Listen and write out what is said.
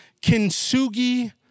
Kintsugi